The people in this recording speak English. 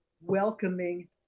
welcoming